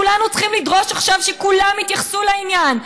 כולנו צריכים לדרוש עכשיו שכולם יתייחסו לעניין,